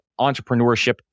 entrepreneurship